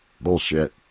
bullshit